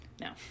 No